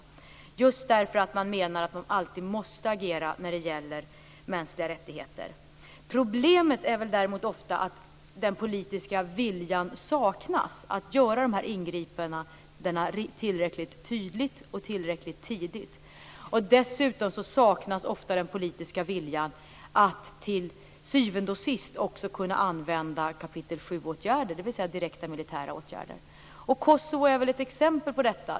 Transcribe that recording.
Man gör det just för att man menar att man alltid måste agera när det gäller mänskliga rättigheter. Problemet är däremot ofta att den politiska viljan saknas att göra de här ingripandena tillräckligt tydligt och tillräckligt tidigt. Dessutom saknas ofta den politiska viljan att till syvende och sist också kunna använda kap. 7-åtgärder, dvs. direkta militära åtgärder. Kosovo är väl ett exempel på detta.